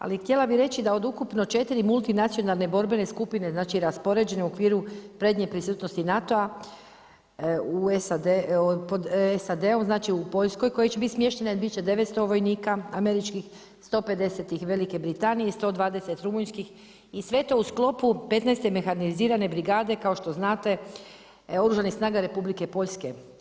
Ali htjela bih reći da od ukupno 4 multinacionalne borbene skupine, znači raspoređene u okviru prednje prisutnosti NATO-a u SAD, pod SAD-om, znači u Poljskoj koje će biti smještene biti će 900 vojnika američkih, 150 Velike Britanije i 120 Rumunjskih i sve to u sklopu 15.-te mehanizirane brigade, kao što znate oružanih snaga Republike Poljske.